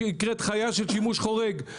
חיה שנקראת שימוש חורג,